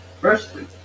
Firstly